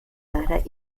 leider